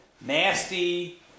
nasty